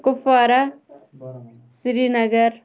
Kupwara Srinagar